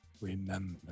remember